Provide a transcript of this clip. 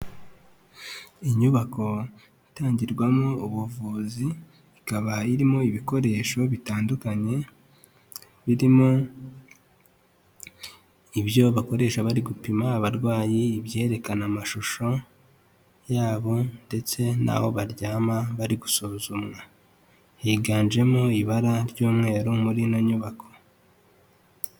Inyubako itangirwamo ubuvuzi, ikaba irimo ibikoresho bitandukanye birimo ibyo bakoresha bari gupima abarwayi, ibyerekana amashusho yabo ndetse n'aho baryama bari gusuzumwa. Higanjemo ibara ry'umweru muri ino nyubako.